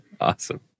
Awesome